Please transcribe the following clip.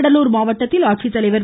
கடலூர் மாவட்டத்தில் ஆட்சித்தலைவர் திரு